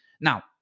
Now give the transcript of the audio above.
Now